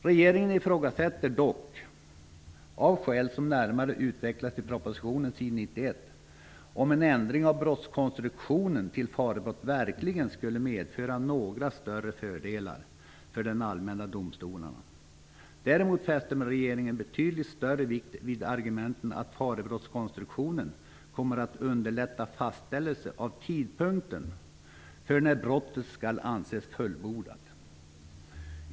Regeringen ifrågasätter dock, av skäl som närmare utvecklas i propositionen på s. 91, om en ändring av brottskonstruktionen till farebrott verkligen skulle medföra några större fördelar för de allmänna domstolarna. Däremot fäster regeringen betydligt större vikt vid argumentet att farebrottskonstruktionen kommer att underlätta fastställelsen av tidpunkten för när brottet skall anses fullbordat.